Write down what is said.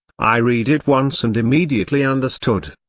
i read it once and immediately understood.